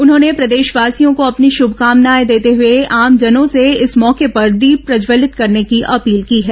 उन्होंने प्रदेशवासियों को अपनी श्भकामनाएं देते हुए आमजनों से इस मौके पर दीप प्रज्जवलित करने की अपील की है